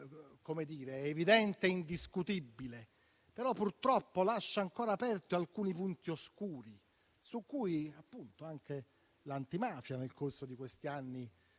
che essa è evidente e indiscutibile, ma purtroppo lascia ancora aperti alcuni punti oscuri su cui anche l'Antimafia nel corso di questi anni